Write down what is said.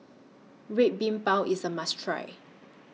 Red Bean Bao IS A must Try